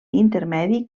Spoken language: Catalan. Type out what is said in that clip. intermedi